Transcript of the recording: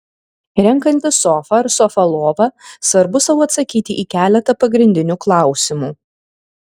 renkantis sofą ar sofą lovą svarbu sau atsakyti į keletą pagrindinių klausimų